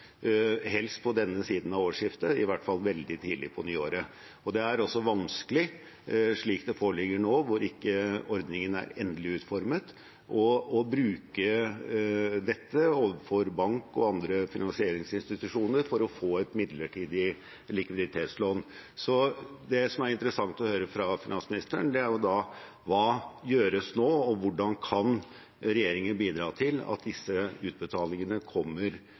helst på denne siden av årsskiftet, i hvert fall veldig tidlig på nyåret. Det er også vanskelig, slik det foreligger nå, hvor ordningen ikke er endelig utformet, å bruke dette overfor banker og andre finansieringsinstitusjoner for å få et midlertidig likviditetslån. Så det som er interessant å høre fra finansministeren, er hva som nå gjøres, og hvordan regjeringen kan bidra til at disse utbetalingene kommer